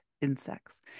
insects